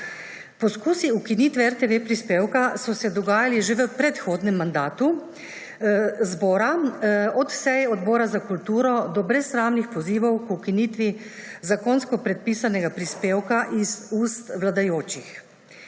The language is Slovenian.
Poskusi ukinitve RTV prispevka so se dogajali že v predhodnem mandatu zbora, od sej Odbora za kulturo do brezsramnih pozivov k ukinitvi zakonsko predpisanega prispevka iz ust vladajočih.